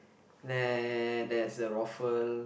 there there's a rofl